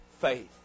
faith